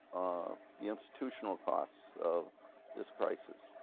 the institutional costs of this crisis.